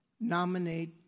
nominate